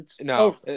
No